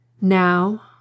Now